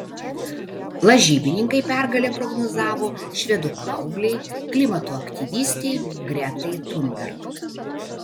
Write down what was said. lažybininkai pergalę prognozavo švedų paauglei klimato aktyvistei gretai thunberg